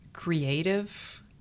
Creative